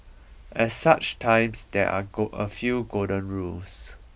at such times there are a few golden rules